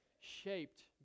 shaped